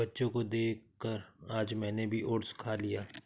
बच्चों को देखकर आज मैंने भी ओट्स खा लिया